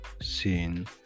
seen